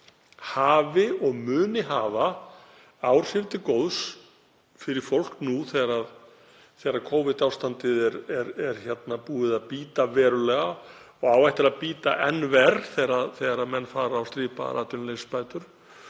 hafi og muni hafa áhrif til góðs fyrir fólk nú þegar Covid-ástandið er búið að bíta verulega og á eftir að bíta enn verr þegar menn fara á strípaðar atvinnuleysisbætur.